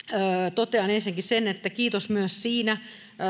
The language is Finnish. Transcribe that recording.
totean ensinnäkin sen että kiitos myös siinä